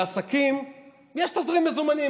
לעסקים יש תזרים מזומנים,